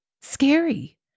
scary